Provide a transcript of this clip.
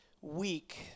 week